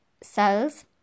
cells